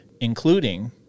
including